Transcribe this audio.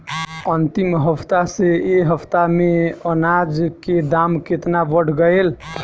अंतिम हफ्ता से ए हफ्ता मे अनाज के दाम केतना बढ़ गएल?